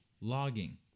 logging